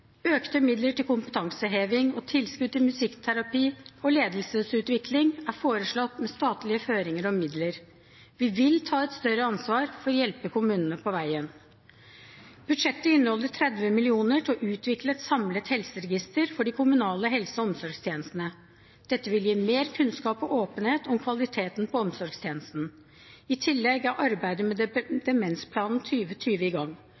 Økte midler til kompetanseheving og tilskudd til musikkterapi og ledelsesutvikling er foreslått med statlige føringer og midler. Vi vil ta et større ansvar for å hjelpe kommunene på veien. Budsjettet inneholder 30 mill. kr til å utvikle et samlet helseregister for de kommunale helse- og omsorgstjenestene. Dette vil gi mer kunnskap og åpenhet om kvaliteten på omsorgstjenesten. I tillegg er arbeidet med Demensplan 2020 i gang.